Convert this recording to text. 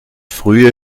frühe